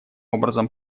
образом